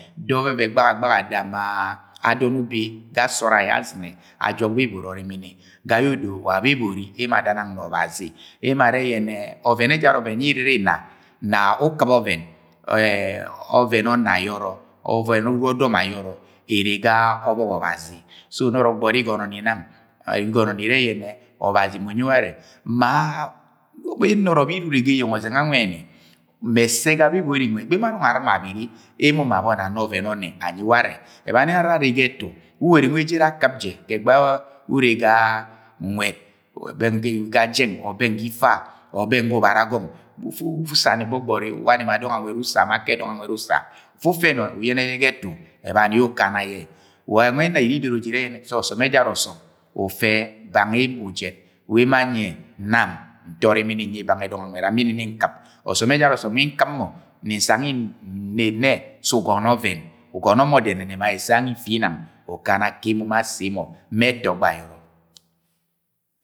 Ato ọvẹvẹn, gbagagbaga da ma adọn ubi ga asọọd agọ azɨnẹ ajọk bebori ọrimini ga yẹ odo wa bebori ada nana na ọbazi, emo arẹ yẹnẹ ọvẹn, ẹjara ọvẹn ye ire irina na ukɨp ọvẹn, ọvẹn ạnnẹ ayọrọ uru ọdọm ayọrọ ere ga ọbọk ọbazi, so nọrọ gbọgbọri igo̱nọ ni nang igọnọ ni irẹ yẹnẹ ọbazi mu unyi ware. Ma nọrọ be ire ga eyeng ọzɨng anwẹn mẹ ẹsẹ ga bebori nwẹ ga ẹgbẹghẹ yẹ emo anọng arɨma abere emo ma abọni ana ọvẹn ọnnẹ anyi ware. Abani ye ara ere ga ẹtu wuwori we ejere akɨp nẹ ga ẹgbẹshẹ yẹ ure ga nwẹd bẹng ga jẹng or bẹng ga ifa or bẹnh ga ubara agọng usani gbọgbọri uwa ni ma dọng anwed usa ma akẹ dọng anwed usa ufu ufẹnẹ uyẹnẹ yẹ ga ẹtu ebani ye ukana yẹ. Wa nwe ẹna iri idoro je irẹ yene se ọsọm ẹjara ọsọm ufẹ bang emo jẹng bẹ emo anyi yẹ. Nam nto orimini nyi bang dọng anwed am be nne nni nkɨp ọsọm ejara ọsọm we nkɨp mọ mi nsang yẹ nne nnẹ sẹ ugọnọ ọvẹn usono mọ dẹnẹnẹ ma ẹsẹ gangr ifinang ukana akemo ma asẹmọ ma ẹfọgbọ ayọ.